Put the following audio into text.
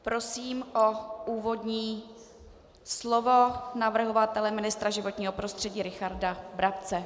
Prosím o úvodní slovo navrhovatele ministra životního prostředí Richarda Brabce.